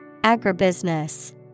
Agribusiness